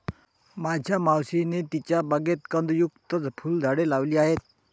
माझ्या मावशीने तिच्या बागेत कंदयुक्त फुलझाडे लावली आहेत